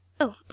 Oh